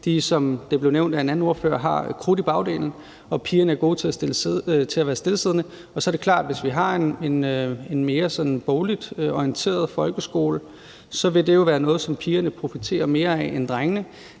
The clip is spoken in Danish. som det blev nævnt af en anden ordfører, har krudt i bagdelen og piger er gode til at være stillesiddende. Og så er det klart, at hvis vi har en mere sådan bogligt orienteret folkeskole, vil det jo være noget, som pigerne profiterer mere af end drengene.